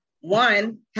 one